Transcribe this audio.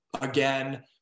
again